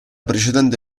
precedente